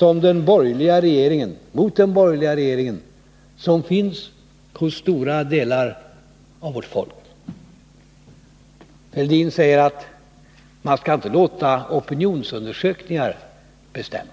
mot den borgerliga regeringen som finns hos stora delar av vårt folk. Thorbjörn Fälldin säger att man inte skall låta opinionsundersökningar bestämma.